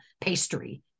pastry